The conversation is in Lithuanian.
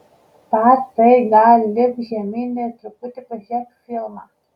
patai gal lipk žemyn ir truputį pažiūrėk filmą